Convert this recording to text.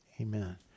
amen